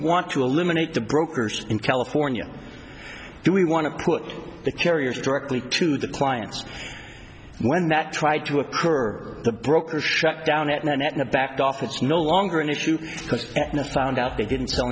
want to eliminate the brokers in california do we want to put the carriers directly to the clients when that tried to occur the broker shut down at night aetna backed off it's no longer an issue because aetna found out they didn't sell